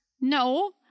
No